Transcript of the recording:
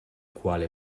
quale